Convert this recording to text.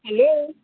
hello